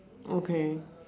okay